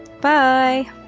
Bye